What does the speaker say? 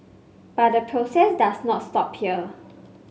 but the process does not stop here